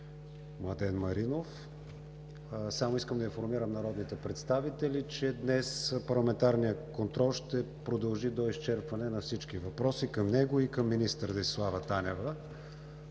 Младен Маринов. Искам да информирам народните представители, че днес парламентарният контрол ще продължи до изчерпване на всички въпроси към него и към министър Десислава Танева.